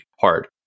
hard